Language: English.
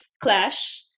clash